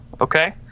Okay